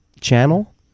channel